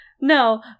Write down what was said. No